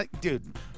dude